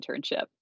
internship